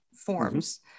forms